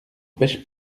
pêchent